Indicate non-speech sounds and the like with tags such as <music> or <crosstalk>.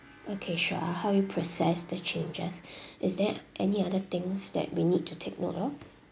okay sure I'll help you process the changes <breath> is there any other things that we need to take note of